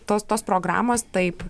tos tos programos taip